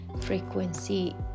frequency